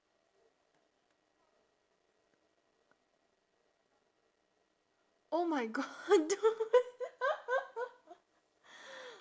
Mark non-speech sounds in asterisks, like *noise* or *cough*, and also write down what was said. oh my god *laughs* don't *laughs*